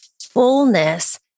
fullness